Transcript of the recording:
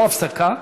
לא הפסקה,